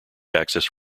access